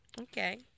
okay